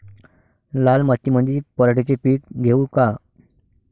लाल मातीमंदी पराटीचे पीक घेऊ का?